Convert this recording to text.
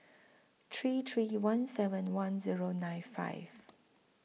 three three one seven one Zero nine five